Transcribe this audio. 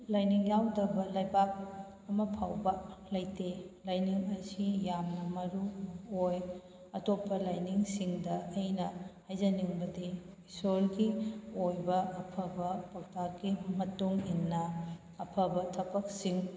ꯂꯥꯏꯅꯤꯡ ꯌꯥꯎꯗꯕ ꯂꯩꯕꯥꯛ ꯑꯃ ꯐꯥꯎꯕ ꯂꯩꯇꯦ ꯂꯥꯏꯅꯤꯡ ꯑꯁꯤ ꯌꯥꯝꯅ ꯃꯔꯨ ꯑꯣꯏ ꯑꯇꯣꯞꯄ ꯂꯥꯏꯅꯤꯡꯁꯤꯡꯗ ꯑꯩꯅ ꯍꯥꯏꯖꯅꯤꯡꯕꯗꯤ ꯏꯁꯣꯔꯒꯤ ꯑꯣꯏꯕ ꯑꯐꯕ ꯄꯥꯎꯇꯥꯛꯀꯤ ꯃꯇꯨꯡ ꯏꯟꯅ ꯑꯐꯕ ꯊꯕꯛꯁꯤꯡ